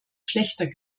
schlechter